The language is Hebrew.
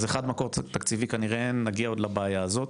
אז מקור תקציבי כנראה אין, נגיע עוד לבעיה הזאת.